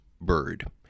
Bird